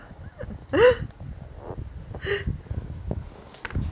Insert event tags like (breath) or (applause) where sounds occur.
(breath)